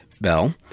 Bell